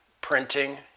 printing